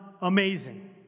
amazing